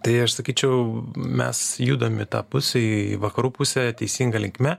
tai aš sakyčiau mes judam į tą pusę į vakarų pusę teisinga linkme